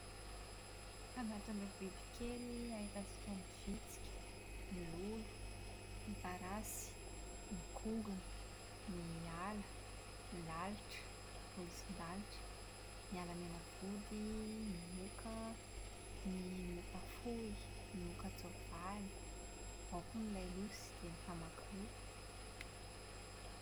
Anatin'ireo bibikely ahitantsika ny vitsika, ny lolo, ny parasy, ny kongona, ny ala, ny lalitra, ny polisindalitra, ny alamenavody, ny moka, ny mokafohy, ny mokantsoavaly, ao koa ny lailosy dia ny famakiloha.